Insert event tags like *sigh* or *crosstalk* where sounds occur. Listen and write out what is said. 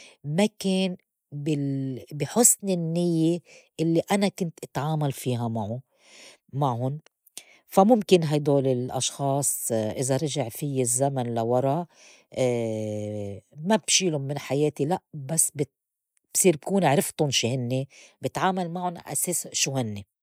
ما كان بال- بي حُسْن النيّة اللّي أنا كنت أتعامل فيها معو- معُن، فا مُمكن هيدول الأشخاص إذا رجع فيّ الزّمن لورا *hesitation* ما بشيلُن من حياتي لأ بس بت- بصير كون عرفتُن شو هنّي بتعامل معُن عأساس شو هنّي.